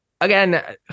Again